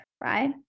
right